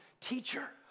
teacher